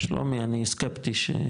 שלומי אני סקפטי.